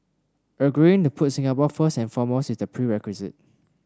agreeing to put Singapore first and foremost is the prerequisite